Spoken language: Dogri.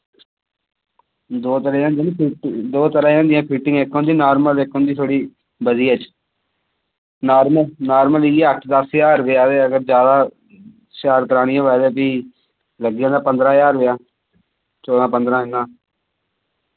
दो तरह दी होंदी नि फिट दो तरह दी होंदियां फिटिंग इक होंदी नार्मल इक होंदी थोह्ड़ी बधिया च नार्मल नार्मल इय्यै अट्ठ दस ज्हार रपेआ ते अगर ज्यादा शैल करानी होऐ ते फ्ही लग्गी जाना पंदरां ज्हार रपेआ चौदह् पंदरां इन्ना